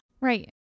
right